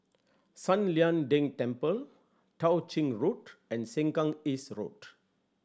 San Lian Deng Temple Tao Ching Road and Sengkang East Road